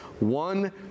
One